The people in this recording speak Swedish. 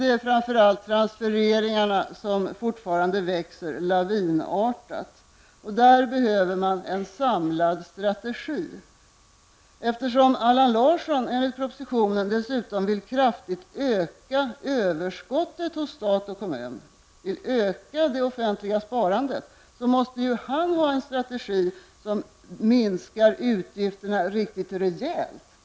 Det är framför allt transfereringarna som fortfarande växer lavinartat. Där behövs en samlad strategi. Eftersom Allan Larsson, enligt propositionen, dessutom kraftigt vill öka överskottet hos stat och kommun och öka det offentliga sparandet måste han ha en strategi som minskar utgifterna riktigt rejält.